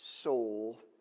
soul